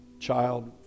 child